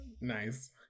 Nice